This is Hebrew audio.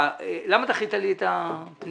למה דחית לי את הפנייה?